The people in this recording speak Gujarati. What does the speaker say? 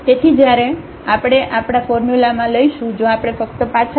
તેથી જ્યારે આપણે આપણા ફોર્મ્યુલામાં લઈશું જો આપણે ફક્ત પાછા જઇએ